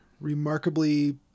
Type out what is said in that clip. remarkably